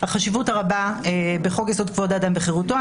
החשיבות הרבה בחוק יסוד: כבוד האדם וחירותו.